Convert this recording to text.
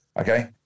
okay